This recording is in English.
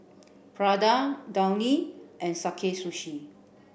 Prada Downy and Sakae Sushi